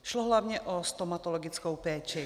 Šlo hlavně o stomatologickou péči.